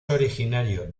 originario